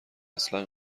اصلا